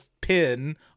pin